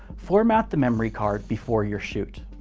format the memory card before your shoot.